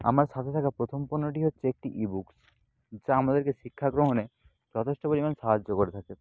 আমার সাথে থাকা প্রথম পণ্যটি হচ্ছে একটি ইবুকস যা আমাদেরকে শিক্ষাগ্রহণে যথেষ্ট পরিমাণ সাহায্য করে থাকে